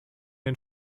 den